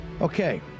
Okay